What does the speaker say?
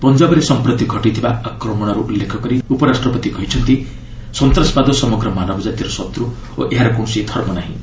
ପଞ୍ଜାବରେ ସମ୍ପ୍ରତି ଘଟିଥିବା ଆକ୍ରମଣର ଉଲ୍ଲେଖ କରି ଉପରାଷ୍ଟ୍ରପତି କହିଛନ୍ତି ସନ୍ତାସବାଦ ସମଗ୍ର ମାନବ ଜାତିର ଶତ୍ର ଓ ଏହାର କୌଣସି ଧର୍ମ ନାହିଁ